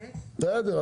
בסדר,